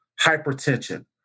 hypertension